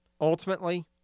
Ultimately